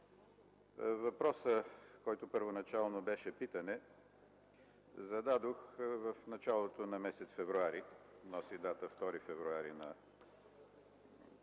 Въпросът, който първоначално беше питане, зададох в началото на месец февруари – носи дата 2 февруари,